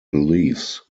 beliefs